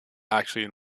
actually